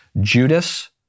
Judas